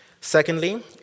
Secondly